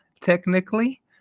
technically